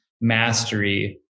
mastery